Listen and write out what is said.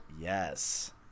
Yes